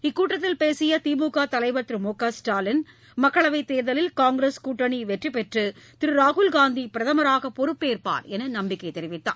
இக்கூட்டத்தில் பேசிய திமுக தலைவர் திரு மு க ஸ்டாலின் மக்களவை தேர்தலில் காங்கிரஸ் கூட்டணி வெற்றி பெற்று திரு ராகுல் காந்தி பிரதமராக பொறுப்பேற்வார் என்று நம்பிக்கை தெரிவித்தார்